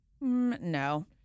No